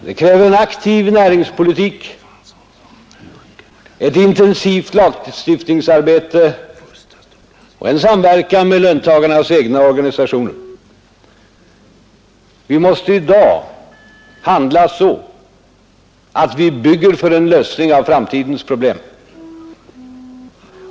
Det kräver en aktiv näringspolitik, ett intensivt lagstiftningsarbete och en samverkan med löntagarnas egna organisationer. Vi måste i dag handla så att vi bygger för en lösning av framtidens problem.